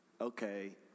Okay